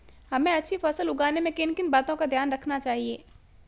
हमें अच्छी फसल उगाने में किन किन बातों का ध्यान रखना चाहिए?